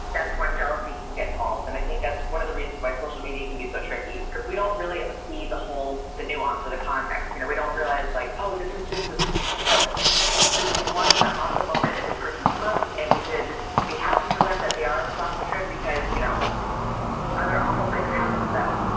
that's when jealousy can get involved and i think that's one of the reasons why social media can be so tricky, because we don't really see the whole, the nuance or the context. you know we don't realize like oh, this is just this you know this one awesome moment in this person's month and we should be happy for them that they are on this awesome trip because you know other awful things happened to them